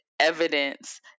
Evidence